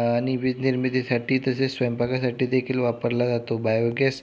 आणि वीज निर्मितीसाठी तसेच स्वयंपाकासाठीदेखील वापरला जातो बायोगॅस